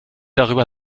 darüber